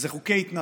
אלה חוקי התנתקות.